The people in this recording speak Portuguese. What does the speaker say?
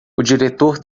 diretor